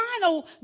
final